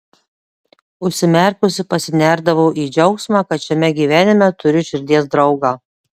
užsimerkusi pasinerdavau į džiaugsmą kad šiame gyvenime turiu širdies draugą